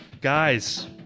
guys